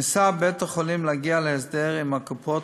ניסה בית-החולים להגיע להסדר עם הקופות